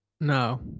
No